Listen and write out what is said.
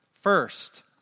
First